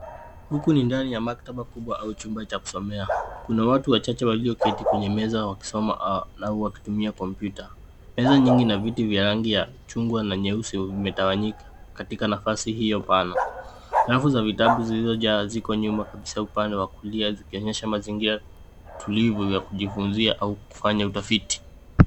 Huku ni ndani ya maktaba kubwa au chumba cha kusomea. Kuna watu wachache walioketi kwenye meza wakisoma na wakitumia kompyuta. Meza nyingi na viti vya rangi ya chungwa na nyeusi zimetawanyika katika nafasi hio pana. Rafu za vitabu zilizoja ziko nyuma kabisa upande wa kulia zikionyesha mazingira tulivu ya kujifunzia au kufanya utafiti.